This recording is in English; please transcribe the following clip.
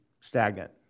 stagnant